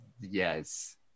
yes